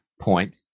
point